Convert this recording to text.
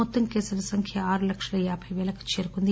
మొత్తం కేసుల సంఖ్య ఆరు లక్షల యాభై పేలకు చేరుకుంది